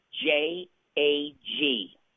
J-A-G